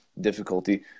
difficulty